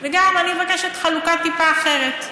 וגם, אני מבקשת חלוקה טיפה אחרת: